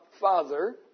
Father